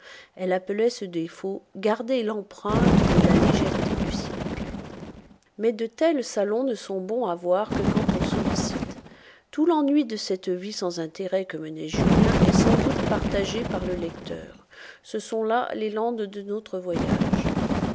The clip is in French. elle appelait ce défaut garder l'empreinte de la légèreté du siècle mais de tels salons ne sont bons à voir que quand on sollicite tout l'ennui de cette vie sans intérêt que menait julien est sans doute partagé par le lecteur ce sont là les landes de notre voyage